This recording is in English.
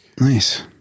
Nice